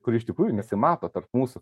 kur iš tikrųjų nesimato tarp mūsų